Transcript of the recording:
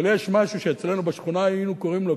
אבל יש משהו שאצלנו בשכונה היינו קוראים לו,